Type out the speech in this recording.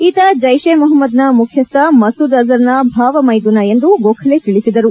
ಈತ ಜೈಸ್ ಇ ಮೊಹಮ್ನದ್ನ ಮುಖ್ಯಸ್ವ ಮಸೂದ್ ಅಜರ್ನ ಭಾವ ಮೈದುನ ಎಂದು ಗೋಖಲೆ ತಿಳಿಸಿದರು